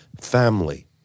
family